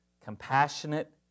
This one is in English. compassionate